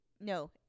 No